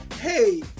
Hey